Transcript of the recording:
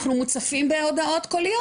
אנחנו מוצפים בהודעות קוליות.